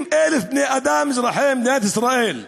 90,000 בני-אדם, אזרחי מדינת ישראל,